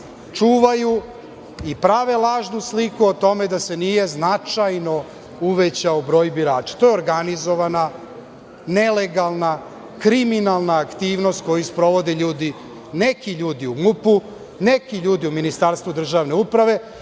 čuvaju i prave lažnu sliku o tome da se nije značajno uvećao broj birača. To je organizovana nelegalna kriminalna aktivnost koju sprovode ljudi, neki ljudi u MUP-u, neki ljudi u Ministarstvu državne uprave